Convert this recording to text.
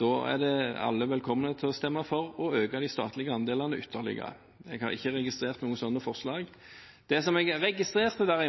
Da er alle velkomne til å stemme for å øke de statlige andelene ytterligere. Jeg har ikke registrert noen sånne forslag. Det som jeg derimot registrerte, var